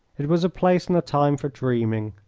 it was a place and a time for dreaming.